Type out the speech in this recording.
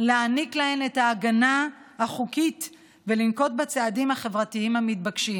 להעניק להן את ההגנה החוקית ולנקוט את הצעדים החברתיים המתבקשים,